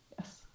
Yes